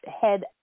head